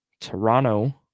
Toronto